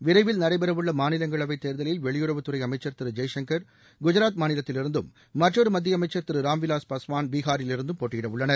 விரைவில் நடைபெற உள்ள மாநிலங்களவை தேர்தலில் வெளியுறவுத் துறை அமைச்சர் திரு ஜெய்சங்கர் குஜராத் மாநிலத்திலிருந்தும் மற்றொரு மத்திய அமைச்சர் திரு ராம்விவாஸ் பாஸ்வானும் பீகாரிலிருந்தும் போட்டியிட உள்ளனர்